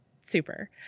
super